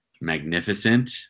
Magnificent